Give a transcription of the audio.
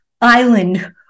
island